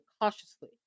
cautiously